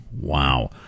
Wow